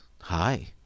hi